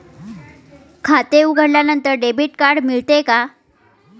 खाते उघडल्यानंतर debit card मिळते का?